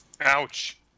Ouch